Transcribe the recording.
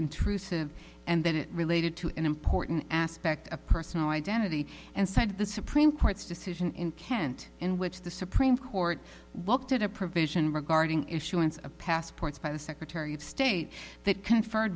intrusive and that it related to an important aspect of personal identity and said the supreme court's decision in kent in which the supreme court did a provision regarding issuance of passports by the secretary of state that confer